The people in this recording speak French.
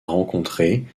rencontrée